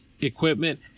equipment